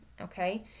okay